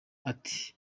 ati